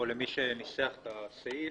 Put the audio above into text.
או למי שניסח את הסעיף